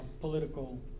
political